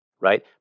right